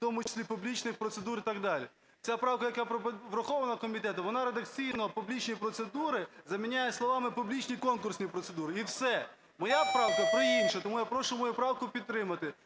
в тому числі публічних процедур, і так далі. Ця правка, яка врахована комітетом, вона редакційно "публічні процедури" заміняє словами "публічні конкурсні процедури", і все. Моя правка про інше. Тому я прошу мою правку підтримати,